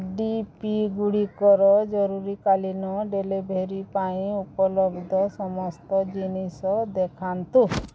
D P ଗୁଡ଼ିକର ଜରୁରୀକାଳୀନ delivery ପାଇଁ ଉପଲବ୍ଧ ସମସ୍ତ ଜିନିଷ ଦେଖାନ୍ତୁ